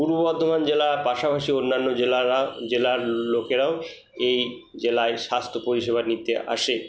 পূর্ব বর্ধমান জেলার পাশাপাশি অন্যান্য জেলারা জেলার লোকেরাও এই জেলায় স্বাস্থ্য পরিষেবা নিতে আসে